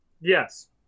Yes